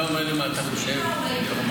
אתה אומר לי מה אתה חושב --- אני חושב?